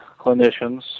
clinicians